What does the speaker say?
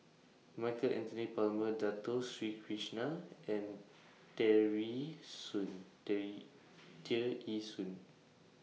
Michael Anthony Palmer Dato Sri Krishna and Tear Ee Soon